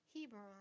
Hebron